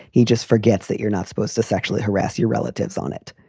he just forgets that you're not supposed to sexually harass your relatives on it